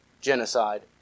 genocide